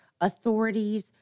authorities